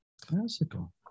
Classical